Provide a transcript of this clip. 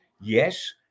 Yes